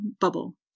bubble